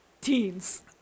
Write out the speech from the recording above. Teens